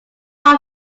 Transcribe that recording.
part